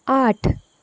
आठ